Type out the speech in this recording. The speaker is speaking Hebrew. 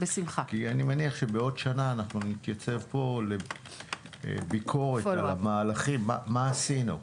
כי אני מניח שבעוד שנה אנחנו נתייצב פה לביקורת על המהלכים מה עשינו.